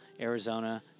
Arizona